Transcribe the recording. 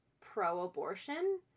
pro-abortion